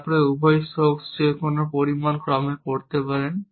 তারপর উভয় সোক্স যে কোনও ক্রমে পরতে পারেন